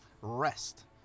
rest